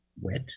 wet